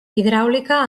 hidràulica